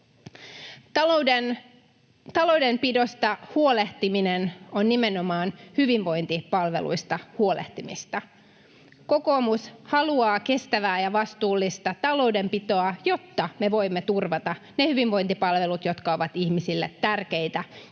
Taloudenpidosta huolehtiminen on nimenomaan hyvinvointipalveluista huolehtimista. Kokoomus haluaa kestävää ja vastuullista taloudenpitoa, jotta me voimme turvata ne hyvinvointipalvelut, jotka ovat ihmisille tärkeitä